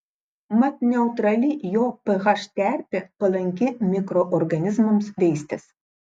mat neutrali jo ph terpė palanki mikroorganizmams veistis